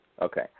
Okay